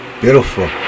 Beautiful